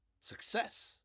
Success